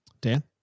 Dan